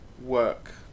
work